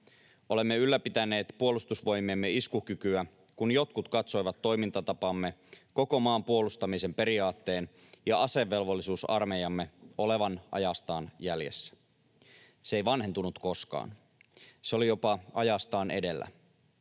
Olemme ylläpitäneet Puolustusvoimiemme iskukykyä, kun jotkut katsoivat toimintatapamme, koko maan puolustamisen periaatteen ja asevelvollisuusarmeijamme, olevan ajastaan jäljessä. Se ei vanhentunut koskaan, se oli jopa ajastaan edellä.